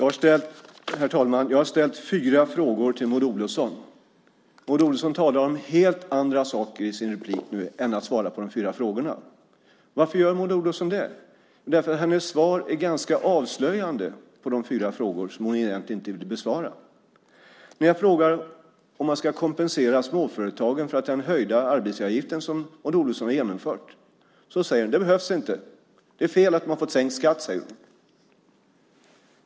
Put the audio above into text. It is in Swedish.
Herr talman! Jag har ställt fyra frågor till Maud Olofsson. Maud Olofsson talar om helt andra saker i sitt inlägg i stället för att svara på de fyra frågorna. Varför gör Maud Olofsson det? Hennes svar på de fyra frågorna, som hon egentligen inte besvarar, är ganska avslöjande. När jag frågar om man ska kompensera småföretagen för den höjda arbetsgivaravgiften som Maud Olofsson har genomfört säger hon: Det behövs inte. Det är fel att de har fått sänkt skatt.